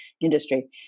industry